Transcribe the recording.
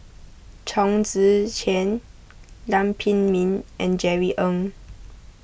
Chong Tze Chien Lam Pin Min and Jerry Ng